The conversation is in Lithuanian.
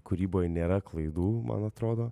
kūryboj nėra klaidų man atrodo